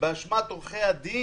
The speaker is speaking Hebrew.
באשמת עורכי הדין?